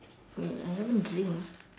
um I haven't drink